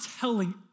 telling